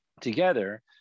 together